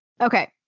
Okay